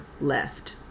left